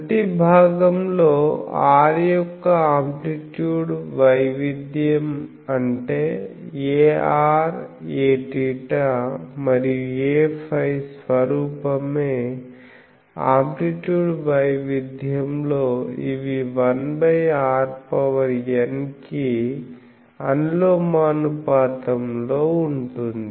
ప్రతి భాగంలో r యొక్క ఆమ్ప్లిట్యూడ్ వైవిధ్యం అంటే Ar Aθ మరియు Aφ స్వరూపమే ఆమ్ప్లిట్యూడ్ వైవిధ్యంలో ఇవి 1rn కి అనులోమానుపాతం లో ఉంటుంది